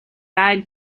guide